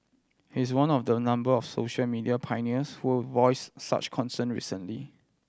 he is one of the number of social media pioneers who will voice such concern recently